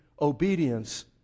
obedience